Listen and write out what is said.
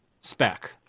spec